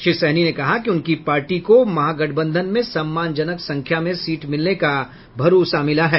श्री सहनी ने कहा कि उनकी पार्टी को महागठबंधन में सम्मानजनक संख्या में सीट मिलने का भरोसा मिला है